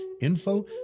Info